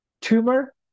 tumor